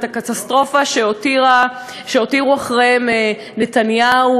את הקטסטרופה שהותירו אחריהם נתניהו